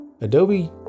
Adobe